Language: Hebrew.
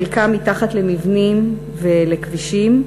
חלקם מתחת למבנים ולכבישים,